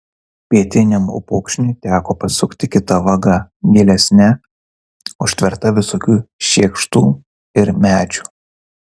pietiniam upokšniui teko pasukti kita vaga gilesne užtverta visokių šiekštų ir medžių